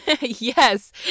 Yes